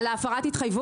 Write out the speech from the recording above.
על הפרת ההתחייבות?